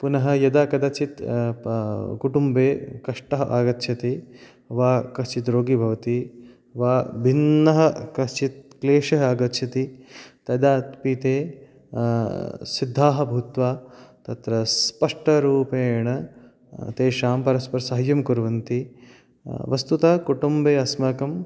पुनः यदा कदाचित् कुटुम्बे कष्टम् आगच्छति वा कश्चित् रोगी भवति वा भिन्नः कश्चित् क्लेशः आगच्छति तदापि ते सिद्धाः भूत्वा तत्र स्पष्टरूपेण तेषां परस्परसाहाय्यं कुर्वन्ति वस्तुतः कुटुम्बेऽस्माकं